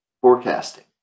forecasting